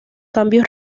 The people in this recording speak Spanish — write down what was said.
cambios